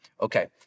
Okay